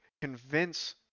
convince